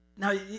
Now